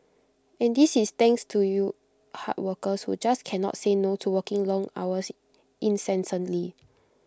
and this is thanks to you hard workers who just cannot say no to working long hours incessantly